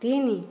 ତିନି